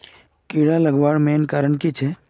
कीड़ा लगवार मेन कारण की छे?